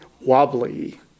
wobbly